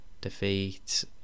defeat